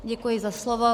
Děkuji za slovo.